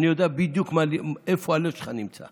אני יודע בדיוק איפה הלב שלך נמצא,